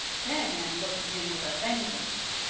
then anne looked at him with a vengeance!